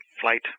flight